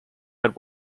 had